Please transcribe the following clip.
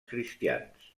cristians